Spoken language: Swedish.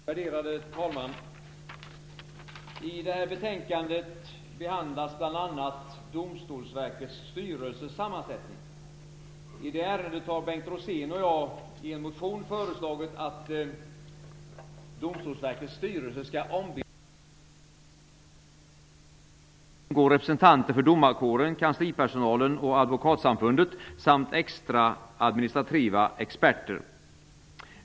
Värderade talman! I detta betänkande behandlas bl.a. sammansättningen av Domstolsverkets styrelse. I det ärendet har Bengt Rosén och jag i en motion föreslagit att Domstolsverkets styrelse skall ombildas till en rådgivande nämnd. Där skall representanter för domarkåren, kanslipersonalen och Advokatsamfundet samt externa administrativa experter ingå.